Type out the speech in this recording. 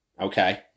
Okay